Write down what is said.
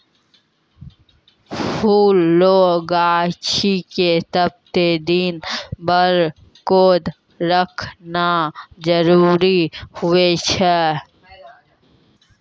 फुल रो गाछी के सब दिन बरकोर रखनाय जरूरी हुवै छै